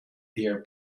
beer